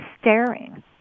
staring